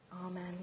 Amen